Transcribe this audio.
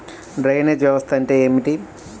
Drainage వ్యవస్థ అంటే ఏమిటి?